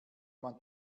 man